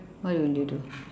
what will you do